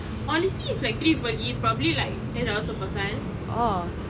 honesty is like three you probably like ten dollars per person